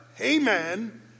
amen